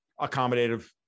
accommodative